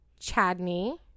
Chadney